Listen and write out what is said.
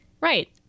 Right